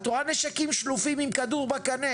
את רואה נשקים שלופים עם כדור בקנה,